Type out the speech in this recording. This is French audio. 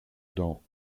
dans